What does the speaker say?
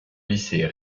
lycée